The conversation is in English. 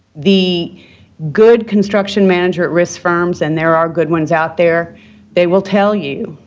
the good construction manager at risk firms and there are good ones out there they will tell you,